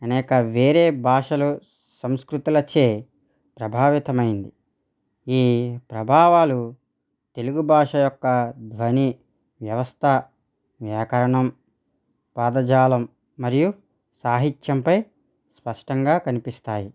అనేక వేరే భాషలు సంస్కృతుల చేత ప్రభావితమైంది ఈ ప్రభావాలు తెలుగు భాష యొక్క ధ్వని వ్యవస్థ వ్యాకరణం పదజాలం మరియు సాహిత్యంపై స్పష్టంగా కనిపిస్తాయి